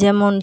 ᱡᱮᱢᱚᱱ